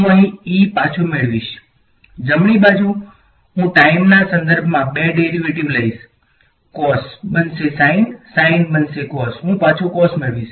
હું અહીં E પાછો મેળવીશ જમણી બાજુ હું ટાઈમના સંદર્ભમાં બે ડેરિવેટિવ્ઝ લઈશ cos બનશે sin sin બનશે cos હું પાછો cos મેળવીશ